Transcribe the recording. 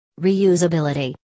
Reusability